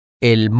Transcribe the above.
el